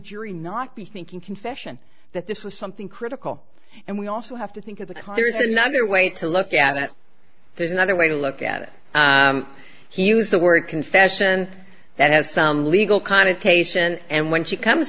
jury not be thinking confession that this was something critical and we also have to think of the car there is another way to look at it there's another way to look at it he used the word confession that has some legal connotation and when she comes